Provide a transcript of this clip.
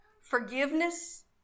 forgiveness